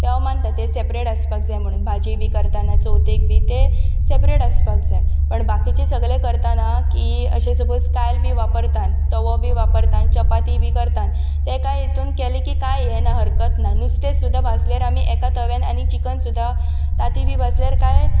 ते हांव मानतात ते सेपरेट आसपाक जाय म्हणून भाजी बी करताना चवथीक बी ते सेपरेट आसपाक जाय पण बाकीचे सगळे करताना की अशें सपोज कायल बी वापरतांत तवो बी वापरतात चपाती बी करतां ते एका हितून केले की कांय हरकत ना नुस्तें सुद्दां भाजलें जाल्यार एका तव्यान आनी चिकन सुद्दां ताती बी भाजल्यार कांय